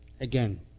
again